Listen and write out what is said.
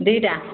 ଦୁଇଟା